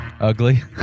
ugly